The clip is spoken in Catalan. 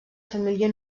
família